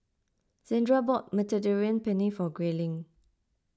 Zandra bought Mediterranean Penne for Grayling